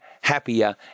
happier